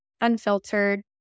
unfiltered